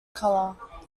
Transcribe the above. color